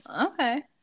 Okay